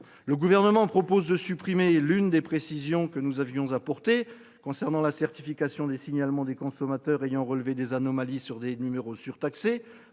Le Gouvernement propose de supprimer l'une des précisions que nous avons apportées concernant la certification des signalements des consommateurs ayant relevé des anomalies sur des numéros surtaxés,